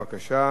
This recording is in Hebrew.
בבקשה,